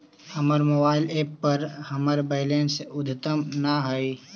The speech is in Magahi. हमर मोबाइल एप पर हमर बैलेंस अद्यतन ना हई